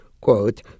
quote